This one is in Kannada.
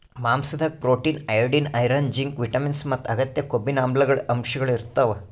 ಮಾಂಸಾದಾಗ್ protein, iodine, iron, zinc, vitamins ಮತ್ತ್ ಅಗತ್ಯ ಕೊಬ್ಬಿನಾಮ್ಲಗಳ್ ಅಂಶಗಳ್ ಇರ್ತವ್